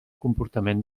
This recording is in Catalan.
comportament